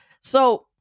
So-